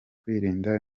kwirinda